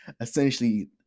essentially